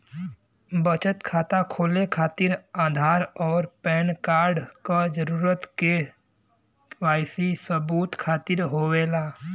बचत खाता खोले खातिर आधार और पैनकार्ड क जरूरत के वाइ सी सबूत खातिर होवेला